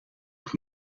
het